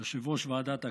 יושב-ראש ועדת הכנסת,